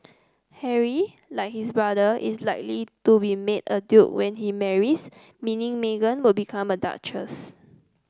Harry like his brother is likely to be made a duke when he marries meaning Meghan would become a duchess